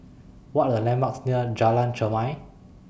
What Are The landmarks near Jalan Chermai